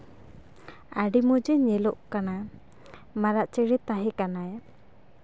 ᱟᱹᱰᱤ ᱢᱚᱡᱮ ᱧᱮᱞᱚᱜ ᱠᱟᱱᱟ ᱢᱟᱨᱟᱜ ᱪᱮᱬᱮ ᱛᱟᱦᱮᱸ ᱠᱟᱱᱟᱭ